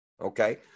okay